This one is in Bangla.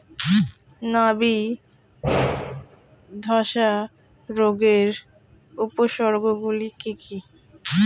নাবি ধসা রোগের উপসর্গগুলি কি কি?